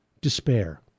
despair